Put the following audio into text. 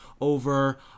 over